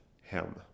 Hem